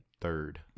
third